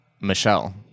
Michelle